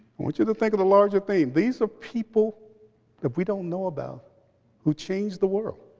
want you to think of the larger theme. these are people that we don't know about who changed the world,